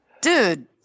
Dude